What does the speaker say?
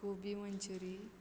gobi manchurian